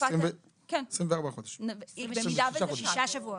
26 שבועות.